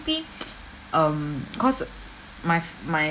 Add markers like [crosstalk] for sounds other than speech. [noise] um cause my f~ my